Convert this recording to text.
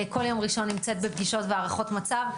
בכל יום ראשון נמצאת בפגישות והערכות מצב.